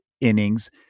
innings